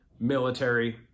military